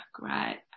right